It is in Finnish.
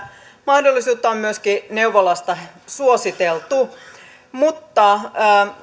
mahdollisuutta on myöskin neuvolasta suositeltu niin